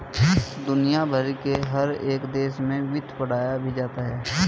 दुनिया भर के हर एक देश में वित्त पढ़ाया भी जाता है